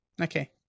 okay